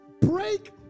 Break